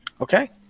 Okay